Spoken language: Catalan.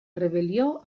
rebel·lió